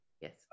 Yes